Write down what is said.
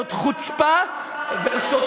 זאת חוצפה, אתה חושב בכלל על מה שאמרת?